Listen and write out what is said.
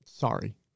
Sorry